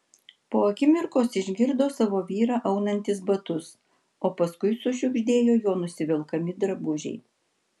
po akimirkos išgirdo savo vyrą aunantis batus o paskui sušiugždėjo jo nusivelkami drabužiai